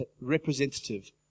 representative